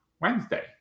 Wednesday